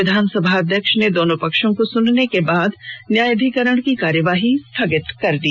विधानसभा अध्यक्ष ने दोनों पक्षों को सुनने के बाद न्यायाधीकरण की कार्यवाही स्थगित कर दी